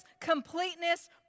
completeness